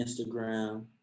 Instagram